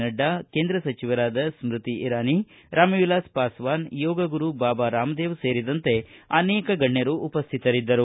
ನಡ್ವಾ ಕೇಂದ್ರ ಸಚಿವರಾದ ಸೃತಿ ಇರಾನಿ ರಾಮವಿಲಾಸ ಪಾಸ್ವಾನ ಯೋಗ ಗುರು ಬಾಬಾ ರಾಮದೇವ ಸೇರಿದಂತೆ ಅನೇಕ ಗಣ್ಣರು ಉಪಸ್ವಿತರಿದ್ದರು